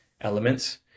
elements